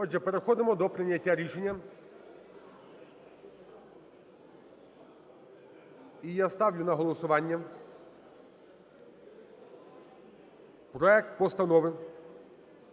Отже, переходимо до прийняття рішення. І я ставлю на голосування проект Постанови